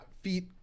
feet –